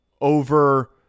over